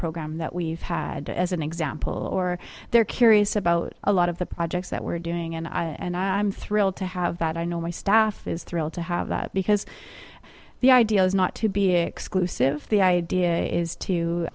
program that we've had as an example or they're curious about a lot of the projects that we're doing and i and i'm thrilled to have that i know my staff is thrilled to have that because the idea is not to be exclusive the idea is to